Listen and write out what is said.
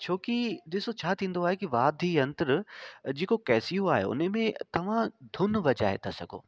छो कि ॾिसो छा थींदो आहे कि वाद्ययंत्र जेको केसिओ आयो हुनमें तव्हां धुन वॼाए था सघो